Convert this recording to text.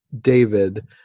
David